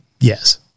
Yes